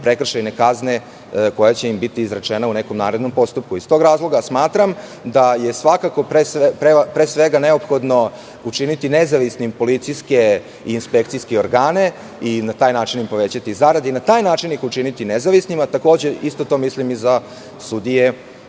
prekršajne kazne koja će im biti izrečena u nekom narednom postupku. Iz tog razloga, smatram da je svakako, pre svega, neophodno učiniti nezavisnim policijske i inspekcijske organe i na taj način im povećati zarade i na taj način ih učiniti nezavisnim, a takođe, isto to mislim i za sudije